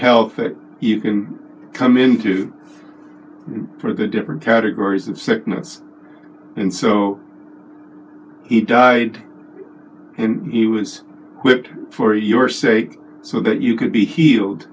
health that you can come into for the different categories of sickness and so he died and he was whipped for your sake so that you could be healed